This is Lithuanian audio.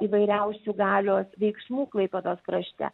įvairiausių galios veiksmų klaipėdos krašte